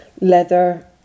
leather